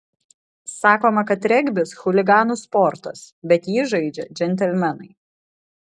sakoma kad regbis chuliganų sportas bet jį žaidžia džentelmenai